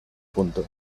punto